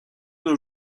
nos